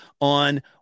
on